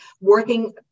working